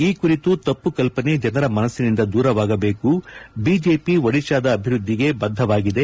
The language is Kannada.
ಈ ಕುರಿತು ತಮ್ಮ ಕಲ್ಪನೆ ಜನರ ಮನಸ್ಸಿನಿಂದ ದೂರವಾಗಬೇಕು ಐಜೆಪಿ ಒಡಿಶಾದ ಅಭಿವೃದ್ಧಿಗೆ ಬದ್ಧವಾಗಿದೆ